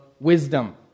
wisdom